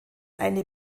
eine